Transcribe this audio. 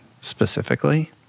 Specifically